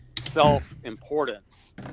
self-importance